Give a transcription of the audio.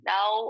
Now